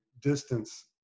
distance